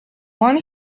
one